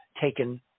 taken